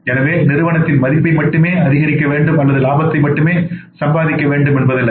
எனவே நிறுவனத்தின் மதிப்பை மட்டுமே அதிகரிக்க வேண்டும் அல்லது லாபத்தை மட்டுமே சம்பாதிக்க வேண்டும் என்பதல்ல